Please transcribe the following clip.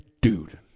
dude